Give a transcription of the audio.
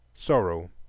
sorrow